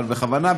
אבל בכוונה,